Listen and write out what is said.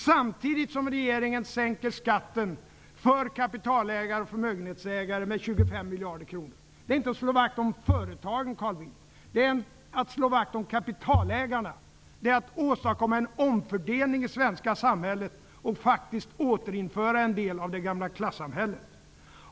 Samtidigt sänker regeringen skatten för kapitalägare och förmögenhetsägare med 25 miljarder kronor. Det är inte att slå vakt om företagen, Carl Bildt, det är att slå vakt om kapitalägarna, det är att åstadkomma en omfördelning i det svenska samhället och faktiskt återinföra en del av det gamla klassamhället.